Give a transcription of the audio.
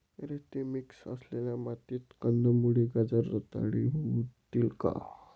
रेती मिक्स असलेल्या मातीत कंदमुळे, गाजर रताळी होतील का?